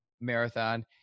marathon